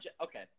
Okay